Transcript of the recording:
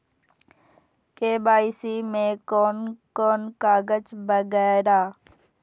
KYC में कोन कोन कागज वगैरा?